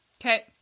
Okay